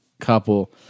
couple